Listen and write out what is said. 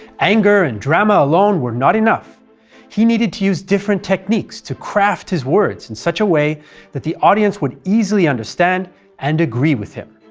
anger and drama alone were not enough he needed to use different techniques to craft his words in such a way that the audience would easily understand and agree with him.